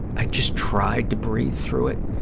i just tried to breathe through it,